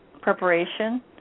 preparation